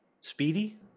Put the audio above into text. Speedy